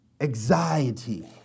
anxiety